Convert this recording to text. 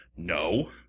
No